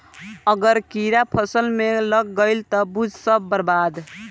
अगर कीड़ा फसल में लाग गईल त बुझ सब बर्बाद